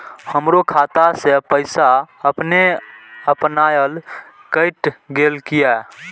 हमरो खाता से पैसा अपने अपनायल केट गेल किया?